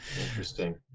Interesting